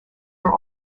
are